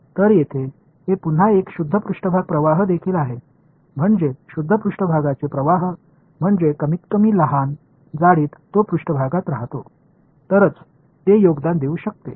तर येथे हे पुन्हा एक शुद्ध पृष्ठभाग प्रवाह देखील आहे म्हणजे शुद्ध पृष्ठभागाचे प्रवाह म्हणजे कमीतकमी लहान जाडीत तो पृष्ठभागात राहतो तरच ते योगदान देऊ शकते